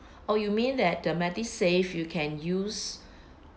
oh you mean that the MediSave you can use